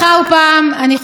נבחרי הציבור,